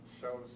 shows